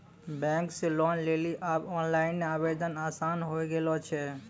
bank से loan लेली आब ओनलाइन आवेदन आसान होय गेलो छै